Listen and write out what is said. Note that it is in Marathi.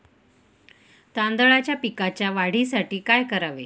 तांदळाच्या पिकाच्या वाढीसाठी काय करावे?